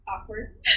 awkward